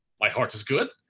my heart is good,